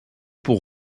pour